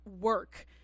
work